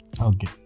Okay